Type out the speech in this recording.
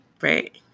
Right